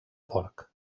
porc